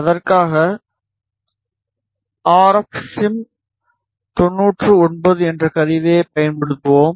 அதற்காக RF S I எம்99 என்ற கருவியைப் பயன்படுத்துவோம்